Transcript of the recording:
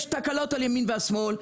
יש תקלות על ימין ושמאל,